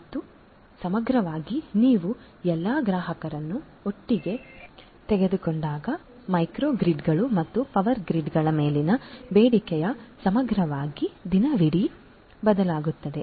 ಮತ್ತು ಸಮಗ್ರವಾಗಿ ನೀವು ಎಲ್ಲಾ ಗ್ರಾಹಕರನ್ನು ಒಟ್ಟಿಗೆ ತೆಗೆದುಕೊಂಡಾಗ ಮೈಕ್ರೋ ಗ್ರಿಡ್ಗಳು ಮತ್ತು ಪವರ್ ಗ್ರಿಡ್ಗಳ ಮೇಲಿನ ಬೇಡಿಕೆಯು ಸಮಗ್ರವಾಗಿ ದಿನವಿಡೀ ಬದಲಾಗುತ್ತದೆ